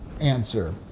answer